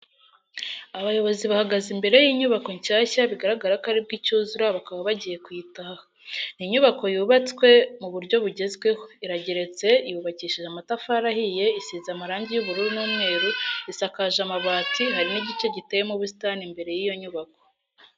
Abayobozi bahagaze imbere y'inyubako nshyashya bigaragara ko aribwo icyuzura bakaba bagiye kuyitaha. Ni inyubako yubatswe mu buryo bugezweho , irageretse yubakishije amatafari ahiye isize amarangi y'ubururu n'umweru isakaje amabati, hari n'igice giteyemo ubusitani imbere y'iyo nyubako.